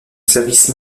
service